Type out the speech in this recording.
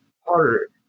harder